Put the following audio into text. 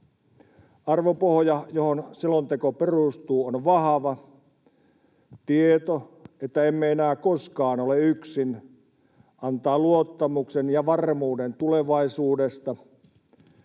Arvopohja, johon selonteko perustuu, on vahva. Tieto, että emme enää koskaan ole yksin, antaa luottamuksen ja varmuuden tulevaisuudesta.